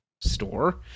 Store